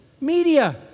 media